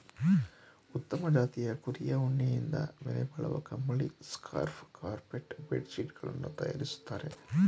ಉತ್ತಮ ಜಾತಿಯ ಕುರಿಯ ಉಣ್ಣೆಯಿಂದ ಬೆಲೆಬಾಳುವ ಕಂಬಳಿ, ಸ್ಕಾರ್ಫ್ ಕಾರ್ಪೆಟ್ ಬೆಡ್ ಶೀಟ್ ಗಳನ್ನು ತರಯಾರಿಸ್ತರೆ